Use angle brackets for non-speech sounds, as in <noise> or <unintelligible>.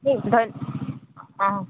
<unintelligible> অ'